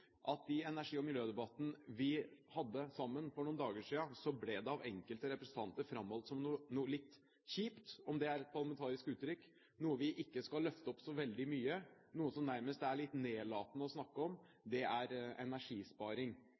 at i energi- og miljødebatten som vi hadde for noen dager siden, ble energisparing av enkelte representanter framholdt som noe litt kjipt – om det er et parlamentarisk uttrykk – noe vi ikke skal løfte opp så veldig mye, noe som nærmest er litt nedlatende å snakke om.